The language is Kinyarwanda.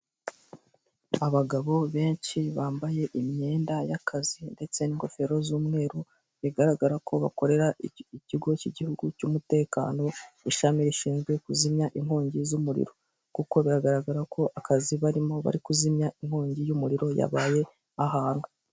Abagabo benshi bambaye imyenda y'akazi ndetse n'ingofero z'umweru bigaragara ko bakorera ikigo cy'igihugu cy'umutekano ishami rishinzwe kuzimya inkongi z'umuriro. Kuko bigaragara ko akazi barimo bari kuzimya inkongi y'umuriro yabaye ahantu.